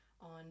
on